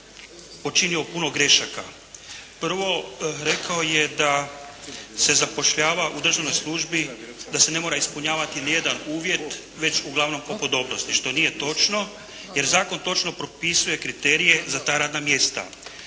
počinio puno grešaka. Prvo, rekao je da se zapošljava u državnoj službi, da se ne mora ispunjavati ni jedan uvjet, već uglavnom po podobnosti, što nije točno, jer zakon točno propisuje kriterije za ta radna mjesta.